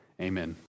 Amen